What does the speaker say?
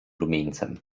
rumieńcem